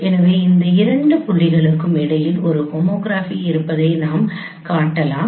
எனவே இந்த இரண்டு புள்ளிகளுக்கும் இடையில் ஒரு ஹோமோகிராபி இருப்பதை நாம் காட்டலாம்